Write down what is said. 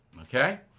Okay